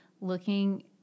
looking